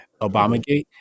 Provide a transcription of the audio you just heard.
Obamagate